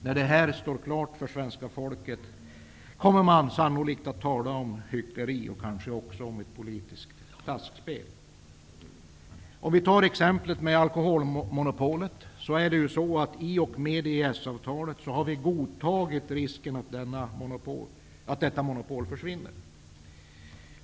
När detta står klart för svenska folket kommer man kanske också att tala om hyckleri och politiskt taskspel. I och med EES-avtalet har vi godtagit risken att alkoholmonopolet försvinner.